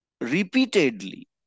repeatedly